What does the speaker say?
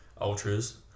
ultras